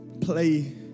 play